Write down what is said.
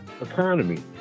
economy